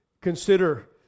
Consider